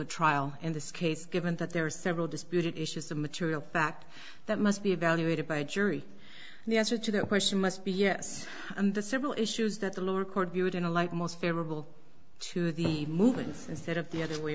a trial in this case given that there are several disputed issues of material fact that must be evaluated by a jury and the answer to that question must be yes and the several issues that the lower court viewed in a light most favorable to the moving instead of the other way